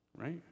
right